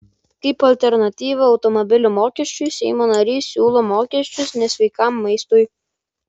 kaip alternatyvą automobilių mokesčiui seimo narys siūlo mokesčius nesveikam maistui